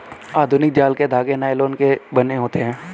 आधुनिक जाल के धागे नायलोन के बने होते हैं